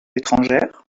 étrangères